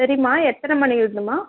சரிம்மா எத்தனை மணியில் இருந்தும்மா